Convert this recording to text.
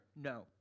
no